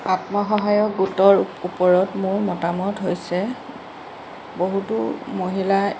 আত্ম সহায়ক গোটৰ ওপৰত মোৰ মতামত হৈছে বহুতো মহিলাই